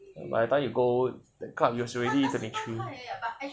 by the time you go club is already twenty three